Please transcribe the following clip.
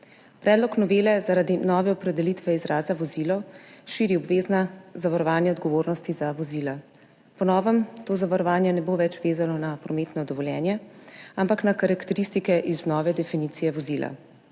Predlog novele zaradi nove opredelitve izraza vozilo širi obvezna zavarovanja odgovornosti za vozila. Po novem to zavarovanje ne bo več vezano na prometno dovoljenje, ampak na karakteristike iz nove definicije vozila.